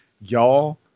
y'all